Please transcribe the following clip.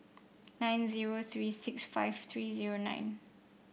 nine zero three six five three zero nine